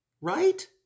Right